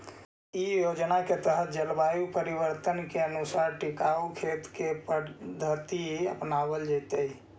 इ योजना के तहत जलवायु परिवर्तन के अनुसार टिकाऊ खेत के पद्धति अपनावल जैतई